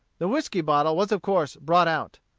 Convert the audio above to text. the whiskey-bottle was of course brought out.